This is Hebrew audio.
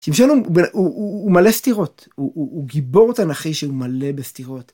שמשון הוא מלא סתירות, הוא גיבור תנכי שהוא מלא בסתירות.